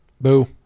boo